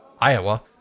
Iowa